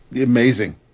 amazing